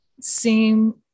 seem